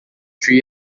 three